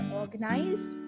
organized